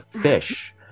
fish